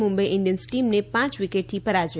Mumbai Indians ટીમને પાંચ વિકેટથી પરાજ્ય આપ્યો